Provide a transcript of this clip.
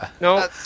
No